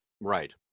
Right